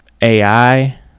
ai